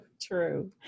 true